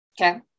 Okay